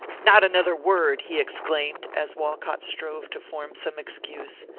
not another word! he exclaimed, as walcott strove to form some excuse.